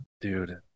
Dude